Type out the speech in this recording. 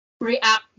react